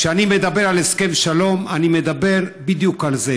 כשאני מדבר על הסכם שלום אני מדבר בדיוק על זה.